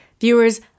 Viewers